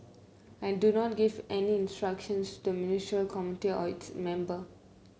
I do not give any instructions to Ministerial Committee or its member